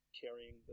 carrying